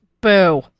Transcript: Boo